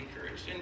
encouraged